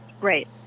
Right